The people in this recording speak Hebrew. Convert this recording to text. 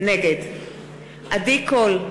נגד עדי קול,